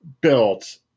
built